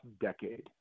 decade